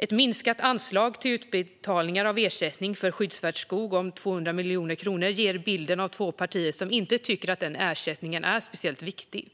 Ett minskat anslag till utbetalningar av ersättning för skyddsvärd skog om 200 miljoner kronor ger bilden av två partier som inte tycker att den ersättningen är speciellt viktig.